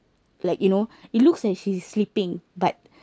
like you know it looks like she's sleeping but